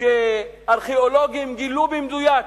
שארכיאולוגים גילו במדויק,